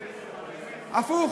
הפוך,